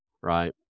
right